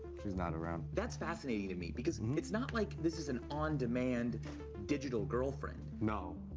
she's not around. that's fascinating to me, because it's not like this is an on-demand digital girlfriend. no.